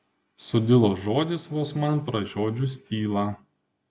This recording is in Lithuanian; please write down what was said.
sudilo žodis vos man pražiodžius tylą